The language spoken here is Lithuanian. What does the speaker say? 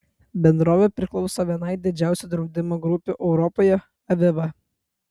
bendrovė priklauso vienai didžiausių draudimo grupių europoje aviva